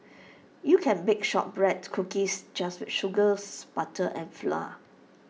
you can bake Shortbread Cookies just with sugars butter and flour